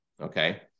okay